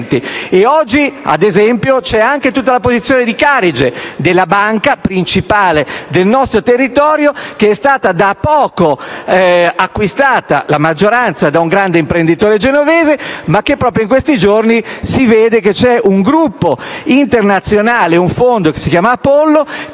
e oggi, ad esempio, c'è anche tutta la posizione di Carige, della banca principale del nostro territorio, la cui maggioranza è stata da poco acquistata da un grande imprenditore genovese. Proprio in questi giorni c'è un gruppo internazionale, un fondo che si chiama Apollo,